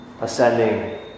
ascending